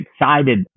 excited